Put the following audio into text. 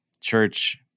church